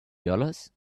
dollars